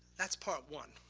that's part one.